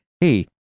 hey